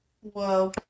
Whoa